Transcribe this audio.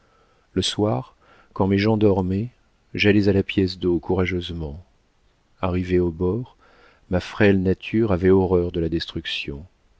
le soir quand mes gens dormaient j'allais à la pièce d'eau courageusement arrivée au bord ma frêle nature avait horreur de la destruction